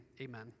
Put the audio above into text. amen